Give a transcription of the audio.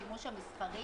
השימוש המסחרי.